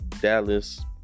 Dallas